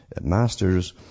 masters